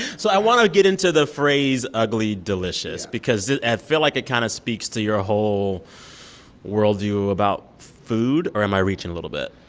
so i want to get into the phrase ugly delicious because i feel like it kind of speaks to your whole worldview about food. or am i reaching a little bit?